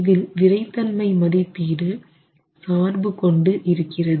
இதில் விறைத்தன்மை மதிப்பீடு சார்பு கொண்டு இருக்கிறது